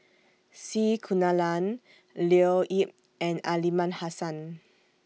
C Kunalan Leo Yip and Aliman Hassan